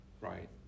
Right